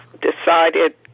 decided